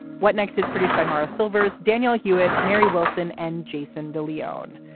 what next is produced by maura silvers, daniel hewitt, mary wilson and jason de leon.